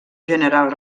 general